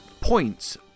points